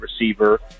receiver